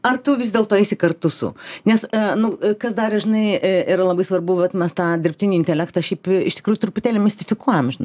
ar tu vis dėlto eisi kartu su nes nu kas dar žinai yra labai svarbu vat mes tą dirbtinį intelektą šiaip iš tikrųjų truputėlį mistifikuojame žinai